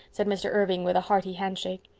said mr. irving with a hearty handshake.